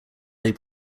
they